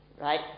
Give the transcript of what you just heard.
right